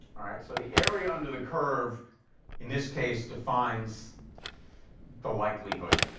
right, so the area under the curve in this case defines the likelihood.